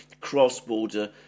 cross-border